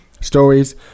stories